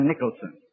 Nicholson